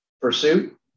pursuit